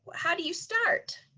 how do you start?